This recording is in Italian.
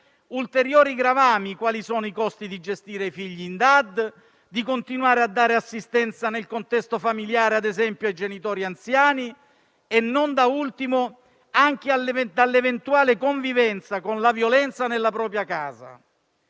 ulteriori gravami, quali sono i costi di gestire i figli in DAD, di continuare a dare assistenza nel contesto familiare, ad esempio, ai genitori anziani e, non da ultimo, anche dell'eventuale convivenza con la violenza nella propria casa.